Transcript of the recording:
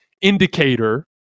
Indicator